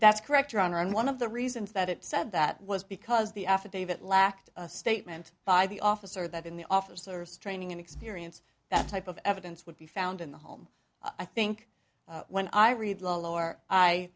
that's correct your honor and one of the reasons that it said that was because the affidavit lacked a statement by the officer that in the officers training and experience that type of evidence would be found in the home i think when i read lower i